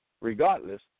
regardless